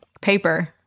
paper